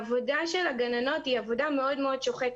העבודה של הגננות היא עבודה מאוד מאוד שוחקת.